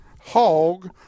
hog